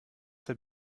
der